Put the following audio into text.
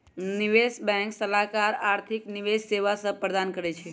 निवेश बैंक सलाहकार आर्थिक निवेश सेवा सभ प्रदान करइ छै